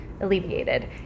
alleviated